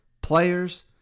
players